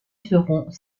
seront